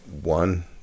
one